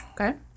Okay